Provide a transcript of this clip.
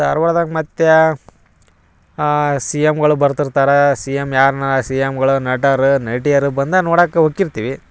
ಧಾರ್ವಾಡ್ದಾಗ್ ಮತ್ತು ಸಿ ಎಮ್ಗಳು ಬರ್ತಿರ್ತರಾ ಸಿ ಎಮ್ ಯಾರ್ನ ಸಿ ಎಮ್ಗಳು ನಟರು ನಟಿಯರು ಬಂದು ನೋಡಕ್ಕೆ ಹೋಕಿರ್ತೀವಿ